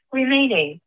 remaining